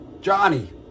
Johnny